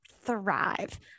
thrive